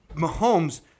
Mahomes